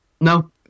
No